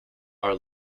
our